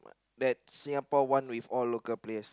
that Singapore won with all local players